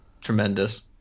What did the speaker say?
Tremendous